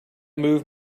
move